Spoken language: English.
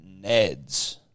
Neds